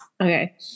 Okay